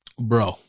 Bro